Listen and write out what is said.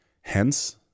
Hence